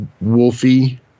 Wolfie